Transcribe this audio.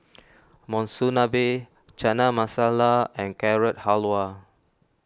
Monsunabe Chana Masala and Carrot Halwa